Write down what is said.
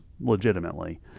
legitimately